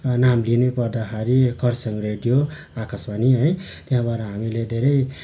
नाम लिनैपर्दाखेरि खरसाङ रेडियो आकाशवाणी है त्यहाँबाट हामीले धेरै